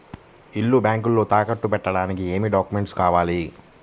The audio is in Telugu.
ఇల్లు బ్యాంకులో తాకట్టు పెట్టడానికి ఏమి డాక్యూమెంట్స్ కావాలి?